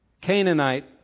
Canaanite